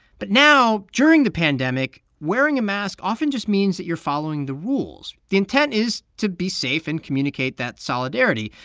but now during the pandemic, wearing a mask often just means that you're following the rules. the intent is to be safe and communicate that solidarity.